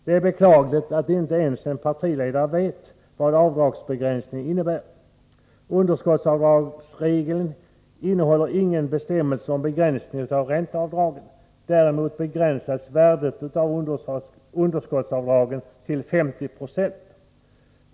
Det är beklagligt att inte ens en partiledare vet vad avdragsbegränsningen innebär. Underskottsavdragsregeln innehåller ingen bestämmelse om begränsning av ränteavdragen. Däremot begränsas värdet av underskottsavdraget till 50 20.